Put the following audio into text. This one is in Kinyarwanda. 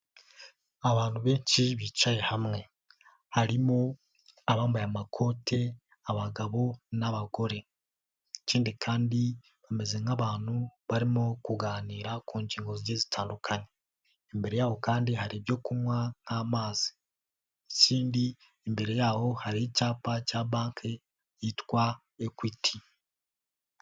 Abantu benshi bicaye hamwe harimo abambaye amakote, abagabo n'abagore, ikindi kandi bameze nk'abantu barimo kuganira ku ngingo zigiye zitandukanye, imbere yabo kandi hari ibyo kunywa nk'amazi, imbere yaho hari icyapa cya banki yitwa Equity.